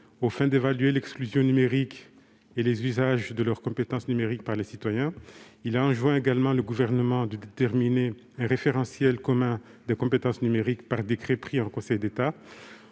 fins d'évaluer l'exclusion numérique et les usages de leurs compétences numériques par les citoyens. Il enjoint le Gouvernement à définir un « référentiel commun d'évaluation des capacités numériques » par décret pris en Conseil d'État.